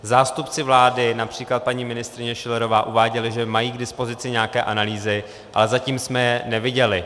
Zástupci vlády, např. paní ministryně Schillerová, uváděli, že mají k dispozici nějaké analýzy, ale zatím jsme je neviděli.